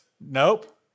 Nope